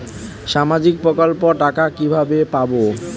সামাজিক প্রকল্পের টাকা কিভাবে পাব?